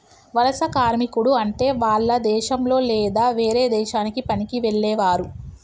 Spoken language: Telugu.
వలస కార్మికుడు అంటే వాల్ల దేశంలొ లేదా వేరే దేశానికి పనికి వెళ్లేవారు